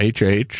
HH